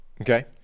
okay